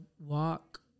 walk